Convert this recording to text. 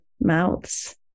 mouths